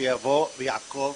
שיעקוב,